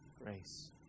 Grace